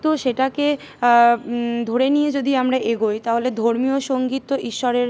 তো সেটাকে ধরে নিয়ে যদি আমরা এগোই তাহলে ধর্মীয় সঙ্গীত তো ঈশ্বরের